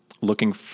looking